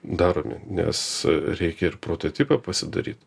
daromi nes reikia ir prototipą pasidaryt